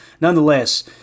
nonetheless